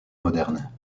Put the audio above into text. moderne